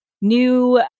new